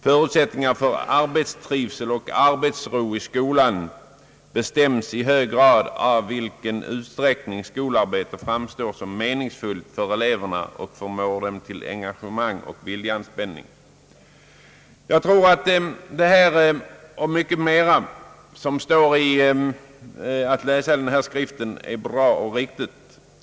Förutsättningarna för arbetstrivsel och arbetsro i skolan bestäms i hög grad av i vilken utsträckning skolarbetet framstår som meningsfullt för eleverna och förmår dem till engagemang och viljeanspänning.» Jag tror att detta — och mycket mera som står att läsa i läroplanen — är bra och riktigt.